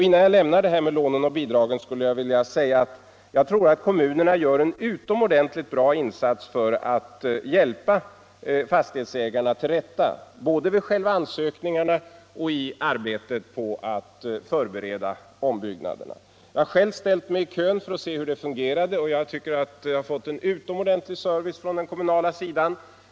Innan jag lämnar frågan om lånen och bidragen skulle jag vilja säga, att kommunerna säkert gör en utomordentligt bra insats för att hjälpa fastighetsägarna till rätta både vid själva ansökningarna och i arbetet på att förbereda ombyggnaderna. Jag har själv ställt mig i kön för att se hur det fungerar, och jag har fått en utomordentlig service från den kommunala sidan.